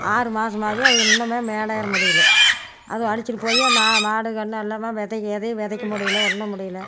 ஆறு மாதமாவே அவங்க இன்னுமே மேலே ஏற முடியல அதுவும் அடிச்சுட்டு போய் அந்த மாடு கன்று எல்லாமே விதையும் எதையுமே விதைக்க முடியல ஒன்றும் முடியல